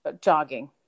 Jogging